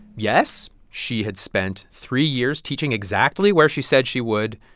yes, she had spent three years teaching exactly where she said she would,